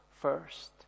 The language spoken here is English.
first